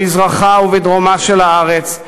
במזרחה ובדרומה של הארץ,